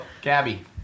Gabby